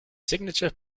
signature